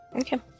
Okay